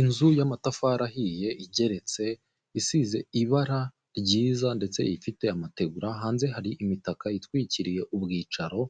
Inzu y'amatafari ahiye, igeretse, isize ibara ryiza ndetse ifite amategura, hanze hari imitaka itwikiriye ubwicaro